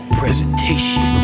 presentation